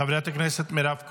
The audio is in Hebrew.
חברת הכנסת מירב כהן,